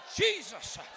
Jesus